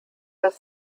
das